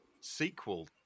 sequel